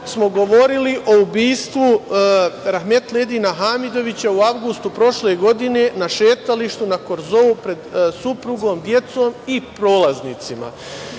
smo govorili o ubistvu rahmetli Edina Hamidovića u avgustu prošle godine na šetalištu, na korzou pred suprugom, decom i prolaznicima.